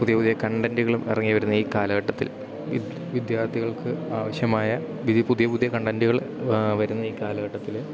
പുതിയ പുതിയ കണ്ടൻ്റുകളും ഇറങ്ങി വരുന്ന ഈ കാലഘട്ടത്തിൽ വിദ്യാർത്ഥികൾക്ക് ആവശ്യമായ പുതിയ പുതിയ കണ്ടൻ്റുകൾ വരുന്ന ഈ കാലഘട്ടത്തിൽ